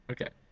Okay